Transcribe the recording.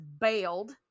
bailed